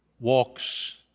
walks